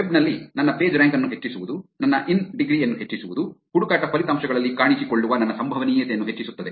web ನಲ್ಲಿ ನನ್ನ pagerank ಅನ್ನು ಹೆಚ್ಚಿಸುವುದು ನನ್ನ ಇನ್ ಡಿಗ್ರಿ ಯನ್ನು ಹೆಚ್ಚಿಸುವುದು ಹುಡುಕಾಟ ಫಲಿತಾಂಶಗಳಲ್ಲಿ ಕಾಣಿಸಿಕೊಳ್ಳುವ ನನ್ನ ಸಂಭವನೀಯತೆಯನ್ನು ಹೆಚ್ಚಿಸುತ್ತದೆ